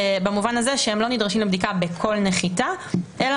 במובן הזה שהם לא נדרשים לבדיקה בכל נחיתה אלא